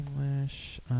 English